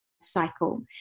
cycle